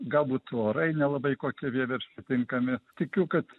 galbūt orai nelabai kokie vieversiui tinkami tikiu kad